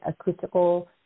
acoustical